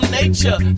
nature